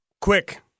Quick